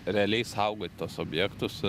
realiai saugot tuos objektus